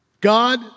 God